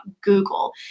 Google